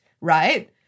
right